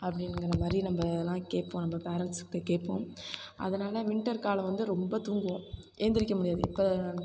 அப்படினுங்கற மாதிரி நம்மளாம் கேட்போம் நம்ம பேரன்ட்ஸ்கிட்டே கேட்போம் அதனால வின்டர் காலம் வந்து ரொம்ப தூங்குவோம் ஏழுந்திரிக்க முடியாது இப்போ